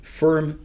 firm